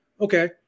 Okay